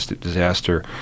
disaster